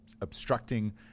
obstructing